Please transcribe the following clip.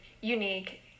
Unique